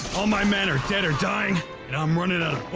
all my men are dead or dying, and i'm running out